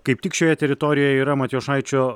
kaip tik šioje teritorijoje yra matijošaičio